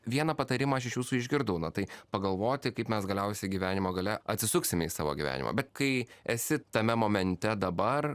vieną patarimą aš iš jūsų išgirdau na tai pagalvoti kaip mes galiausiai gyvenimo gale atsisuksime į savo gyvenimą bet kai esi tame momente dabar